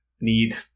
need